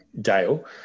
Dale